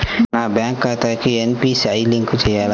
నా బ్యాంక్ ఖాతాకి NPCI link చేయాలా?